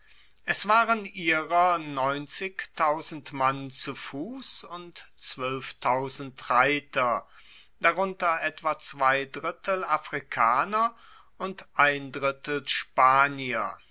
es waren ihrer mann zu fuss und reiter darunter etwa zwei drittel afrikaner und ein drittel spanier